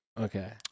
Okay